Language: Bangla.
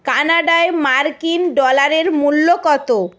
কানাডায় মার্কিন ডলারের মূল্য কত